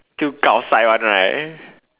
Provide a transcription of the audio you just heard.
too gao sai [one] right